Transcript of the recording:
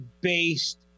based